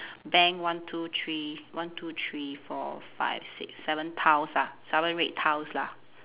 bank one two three one two three four five six seven tiles ah seven red tiles lah